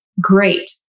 great